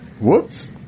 Whoops